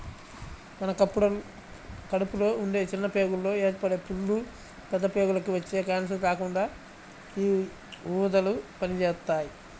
మన కడుపులో ఉండే చిన్న ప్రేగుల్లో ఏర్పడే పుళ్ళు, పెద్ద ప్రేగులకి వచ్చే కాన్సర్లు రాకుండా యీ ఊదలు పనిజేత్తాయి